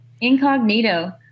Incognito